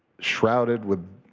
shrouded with